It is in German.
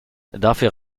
dafür